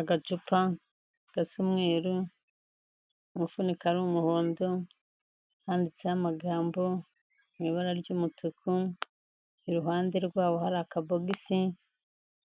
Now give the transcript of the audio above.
Agacupa gasa umweru umufunika ari umuhondo, handitseho amagambo mu ibara ry'umutuku, iruhande rwabo hari akabogisi